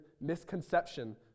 misconception